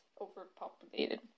overpopulated